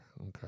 Okay